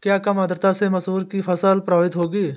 क्या कम आर्द्रता से मसूर की फसल प्रभावित होगी?